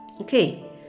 Okay